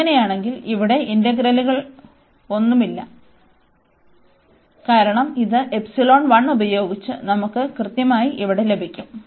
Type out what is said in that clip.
അങ്ങനെയാണെങ്കിൽ ഇവിടെ ഇന്റഗ്രലുകളൊന്നുമില്ല കാരണം ഇത് ഉപയോഗിച്ച് നമുക്ക് കൃത്യമായി ഇവിടെ ലഭിക്കും